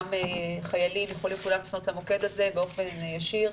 גם חיילים יכולים לפנות למוקד הזה באופן ישיר,